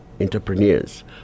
entrepreneurs